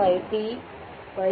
75e 2